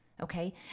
Okay